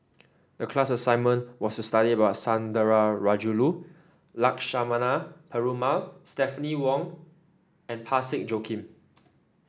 the class assignment was to study about Sundarajulu Lakshmana Perumal Stephanie Wong and Parsick Joaquim